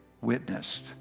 witnessed